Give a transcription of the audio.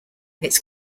its